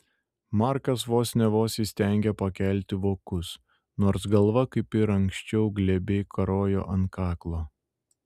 markas vos ne vos įstengė pakelti vokus nors galva kaip ir anksčiau glebiai karojo ant kaklo